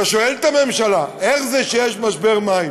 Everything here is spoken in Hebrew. אתה שואל את הממשלה: איך זה שיש משבר מים